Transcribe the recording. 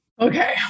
Okay